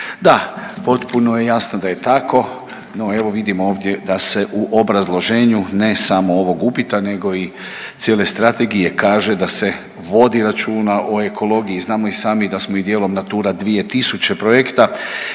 Da, potpuno je jasno da je tako, no evo vidimo ovdje da se u obrazloženju ne samo ovog upita nego i cijele strategije kaže da se vodi računa o ekologiji. Znamo i sami da smo i dijelom Natura 2000 projekta